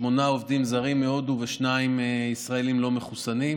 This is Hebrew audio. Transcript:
שמונה עובדים זרים מהודו ושני ישראלים לא מחוסנים.